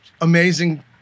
amazing